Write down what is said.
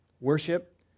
worship